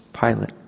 Pilate